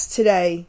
today